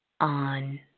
on